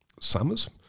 summers